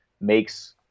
makes